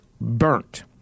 burnt